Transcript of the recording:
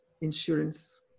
insurance